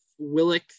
Willick